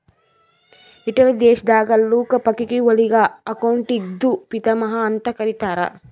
Italy ದೇಶದಾಗ್ Luca ಪಕಿಒಲಿಗ ಅಕೌಂಟಿಂಗ್ದು ಪಿತಾಮಹಾ ಅಂತ್ ಕರಿತ್ತಾರ್